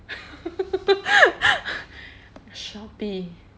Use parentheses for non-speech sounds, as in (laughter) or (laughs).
(laughs) Shopee